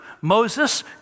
Moses